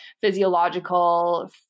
physiological